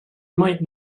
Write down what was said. might